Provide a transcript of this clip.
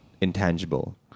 Intangible